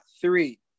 three